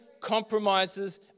compromises